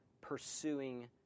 pursuing